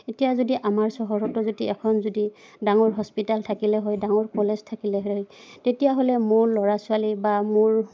এতিয়া যদি আমাৰ চহৰতো যদি এখন যদি ডাঙৰ হস্পিটাল থাকিলে হয় ডাঙৰ কলেজ থাকিলে হয় তেতিয়াহ'লে মোৰ ল'ৰা ছোৱালী বা মোৰ